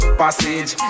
passage